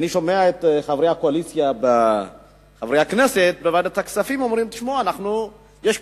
אני שומע את חברי הקואליציה בוועדת הכספים אומרים שיש כבר,